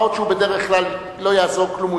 מה עוד שבדרך כלל לא יעזור כלום,